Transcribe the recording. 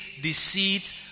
deceit